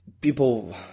people